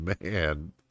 man